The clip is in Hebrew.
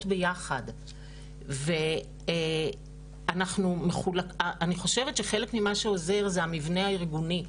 ביחד ואני חושבת שחלק ממה שעוזר זה המבנה הארגוני,